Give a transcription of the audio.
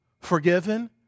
forgiven